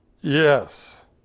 yes